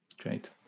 Great